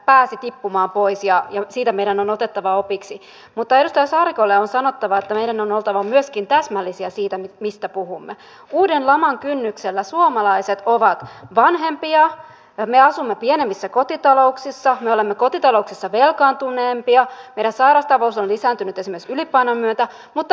esimerkiksi koulujen aamu ja iltapäiväkerhotoiminnan maksuihin tehty nosto ei ole osannut avattaneen on oltava myöskin täsmällisiä siitä mikään pakkonosto vaan kunnat voivat tarvittaessa nostaa maksuja ja me asumme pienemmissä kotitalouksissa me olemme kotitalouksissa velkaantuneempia edessä että osa on tehdä ratkaisuja oman tilanteensa mukaan